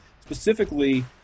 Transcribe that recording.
specifically